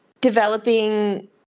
developing